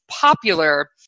popular